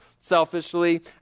selfishly